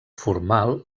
formal